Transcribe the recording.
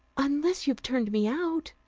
unless you've turned me out.